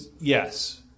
yes